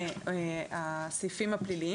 משאירים לו את האופציה.